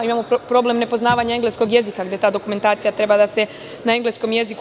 Imamo problem nepoznavanja engleskog jezika gde ta dokumentacija treba da se popuni na engleskom jeziku.